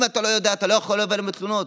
ואם הוא לא יודע, אתה לא יכול לבוא אליו בתלונות.